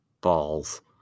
Balls